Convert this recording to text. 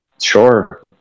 Sure